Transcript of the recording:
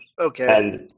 Okay